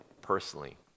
personally